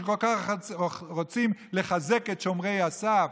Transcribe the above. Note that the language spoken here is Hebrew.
שכל כך רוצים לחזק את שומרי הסף,